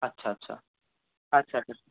আচ্ছা আচ্ছা আচ্ছা আচ্ছা